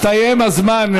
הסתיים הזמן.